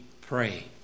pray